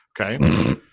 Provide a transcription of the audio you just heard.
Okay